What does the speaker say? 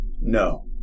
No